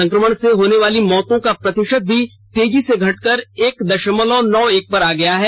संक्रमण से होने वाली मौतों का प्रतिशत भी तेजी से घटकर एक दशमलव नौ एक पर आ गया है